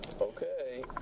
Okay